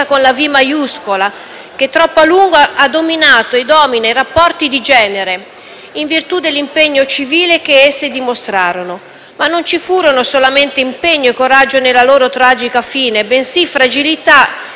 con la V maiuscola, che troppo a lungo ha dominato e domina i rapporti di genere, in virtù dell'impegno civile che esse dimostrarono. Ma non ci furono solamente impegno e coraggio nella loro tragica fine, bensì fragilità,